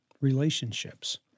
relationships